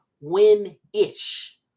win-ish